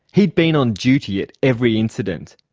he had been on duty at every incident.